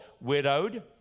widowed